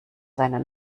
seine